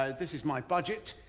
ah this is my budget.